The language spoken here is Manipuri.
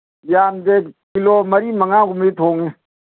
ꯌꯥꯝꯗꯦ ꯀꯤꯂꯣ ꯃꯔꯤ ꯃꯉꯥꯒꯨꯝꯕꯗꯤ ꯊꯣꯡꯉꯤ